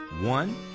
One